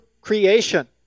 creation